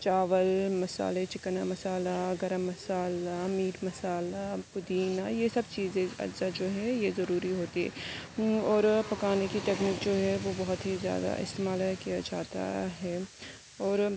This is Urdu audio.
چاول مسالے چکن مسالہ گرم مسالہ میٹ مسالہ پودینہ یہ سب چیزیں اجزا جو ہے یہ ضروری ہوتی ہے اور پکانے کی ٹکنیک جو ہے وہ بہت ہی زیادہ استعمال کیا جاتا ہے اور